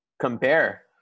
compare